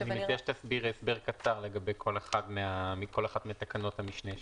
" אני מבקש שתסבירי הסבר קצר לגבי כל אחת מתקנות המשנה שהקראת.